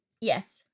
Yes